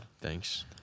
Thanks